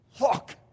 Look